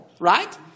right